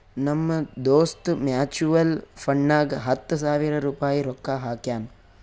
ನಮ್ ದೋಸ್ತ್ ಮ್ಯುಚುವಲ್ ಫಂಡ್ನಾಗ್ ಹತ್ತ ಸಾವಿರ ರುಪಾಯಿ ರೊಕ್ಕಾ ಹಾಕ್ಯಾನ್